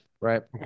right